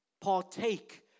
Partake